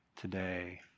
today